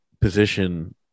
position